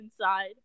inside